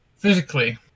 Physically